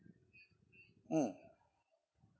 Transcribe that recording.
mm